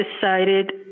decided